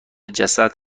جسد